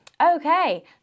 Okay